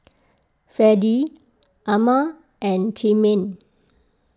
Fredie Ama and Tremaine